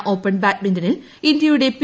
China open ബാഡ്മിന്റണിൽ ഇന്തൃയുടെ P